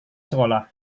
sekolah